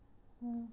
mm